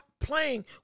playing